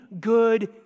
good